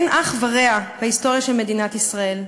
אין אח ורע בהיסטוריה של מדינת ישראל.